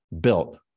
built